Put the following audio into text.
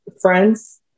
friends